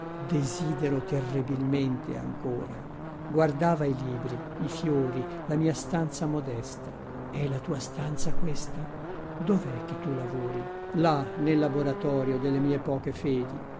desidero terribilmente ancora guardava i libri i fiori la mia stanza modesta è la tua stanza questa dovè che tu lavori là nel laboratorio delle mie poche fedi